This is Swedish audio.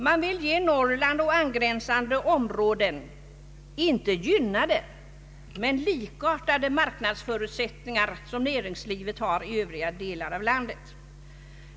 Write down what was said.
Man vill inte ge Norrland och angränsande områden några fördelar utan marknadsförutsättningar likvärdiga med dem näringslivet har i övriga delar av landet.